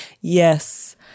Yes